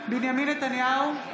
בנימין נתניהו,